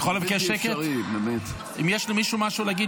אם יש למישהו משהו להגיד,